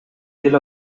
деле